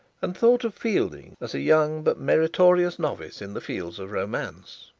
and thought of fielding as a young but meritorious novice in the fields of romance.